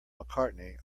mccartney